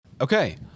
Okay